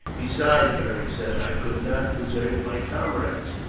besides, beric said, i could not desert my comrades.